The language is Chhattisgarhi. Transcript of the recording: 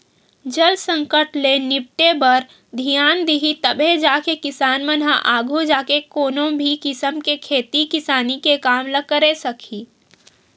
जल संकट ले निपटे बर धियान दिही तभे जाके किसान मन ह आघू जाके कोनो भी किसम के खेती किसानी के काम ल करे सकही